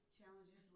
challenges